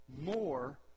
more